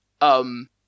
um-